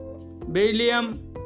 Beryllium